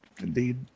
indeed